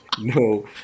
No